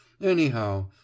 anyhow